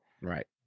Right